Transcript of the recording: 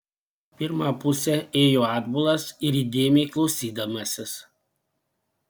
pirmą pusę ėjo atbulas ir įdėmiai klausydamasis